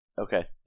Okay